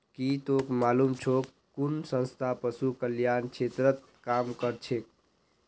की तोक मालूम छोक कुन संस्था पशु कल्याण क्षेत्रत काम करछेक